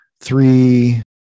three